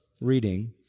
reading